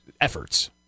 efforts